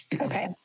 Okay